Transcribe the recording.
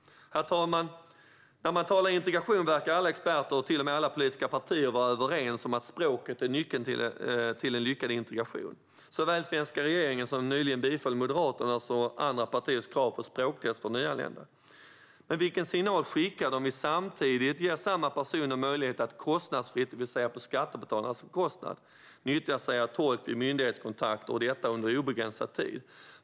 Herr talman! När man talar om integration verkar alla experter och till och med alla politiska partier vara överens om att språket är nyckeln till lyckad integration, så även den svenska regeringen, som nyligen biföll Moderaternas och andra partiers krav på språktest för nyanlända. Men vilken signal skickar vi då om vi samtidigt ger samma personer möjlighet att kostnadsfritt, det vill säga på skattebetalarnas bekostnad, nyttja tolk vid myndighetskontakter, och detta under obegränsad tid?